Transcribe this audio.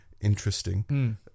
interesting